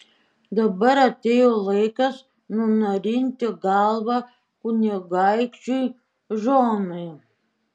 dabar atėjo laikas nunarinti galvą kunigaikščiui džonui